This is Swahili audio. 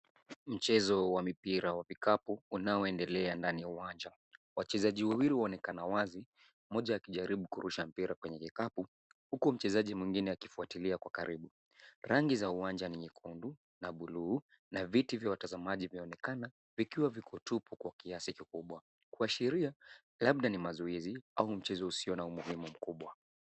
Mchezo wa mipira wa kikapu unao endelea ndani ya uwanja. Wachezaji wawili waonekana, mmoja akijaribu kurusha mpira ndani ya kikapu huku mchezaji mwingine akifuatilia kwa karibu. Rangi ya uwanja ni nyekundu na buluu, na viti vya vinaonekana vikiwa tupu kwa kiasi kikubwa kuashiria labda ni mazoezi, au mchezo usio na umuhimu mkubwa.